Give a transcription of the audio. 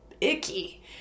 icky